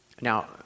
Now